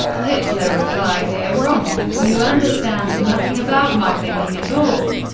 hitler replied dear rommel, you understand nothing about my thinking at all.